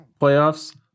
playoffs